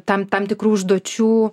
tam tam tikrų užduočių